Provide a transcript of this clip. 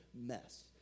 mess